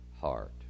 heart